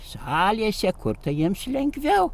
salėse kur tai jiems lengviau